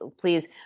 please